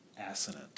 assonant